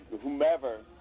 whomever